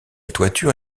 toiture